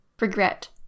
Regret